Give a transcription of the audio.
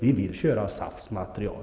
Vi vill använda SAF:s material.